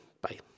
Bye